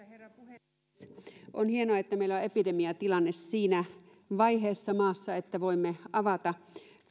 herra puhemies on hienoa että meillä on epidemiatilanne maassa siinä vaiheessa että voimme avata